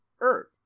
Earth